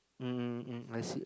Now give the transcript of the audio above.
mm I see